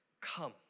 Come